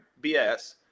BS